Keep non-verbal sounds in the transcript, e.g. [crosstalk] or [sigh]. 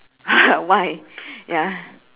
[laughs] why ya